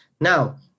Now